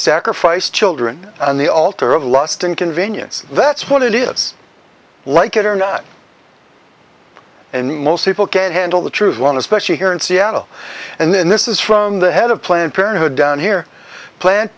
sacrifice children on the altar of lust and convenience that's what it is like it or not and most people can't handle the truth one especially here in seattle and then this is from the head of planned parenthood down here planned